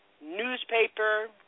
newspaper